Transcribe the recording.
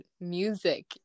music